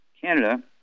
Canada